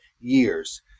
years